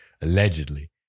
Allegedly